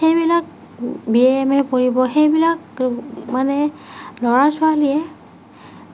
সেইবিলাক B A M A কৰিব সেইবিলাক মানে ল'ৰা ছোৱালীয়ে